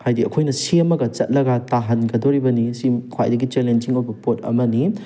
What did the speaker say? ꯍꯥꯏꯗꯤ ꯑꯩꯈꯣꯏꯅ ꯁꯦꯝꯃꯒ ꯆꯠꯂꯒ ꯇꯥꯍꯟꯒꯗꯧꯔꯤꯕꯅꯤ ꯁꯤ ꯈ꯭ꯋꯥꯏꯗꯒꯤ ꯆꯦꯂꯦꯟꯖꯤꯡ ꯑꯣꯏꯕ ꯄꯣꯠ ꯑꯃꯅꯤ